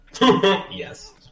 Yes